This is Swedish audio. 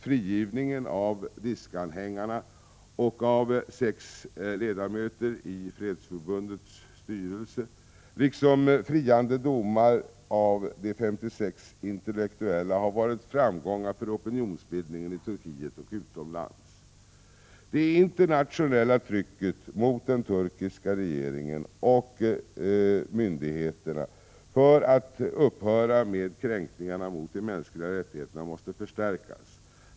Frigivningen av DISK-anhängarna och av sex ledamöter i Fredsförbundets styrelse liksom friande domar av de 56 intellektuella har varit framgångar för opinionsbildningen i Turkiet och utomlands. Det internationella trycket mot den turkiska regringen och myndigheterna för att upphöra med kränkningarna mot de mänskliga rättigheterna måste förstärkas.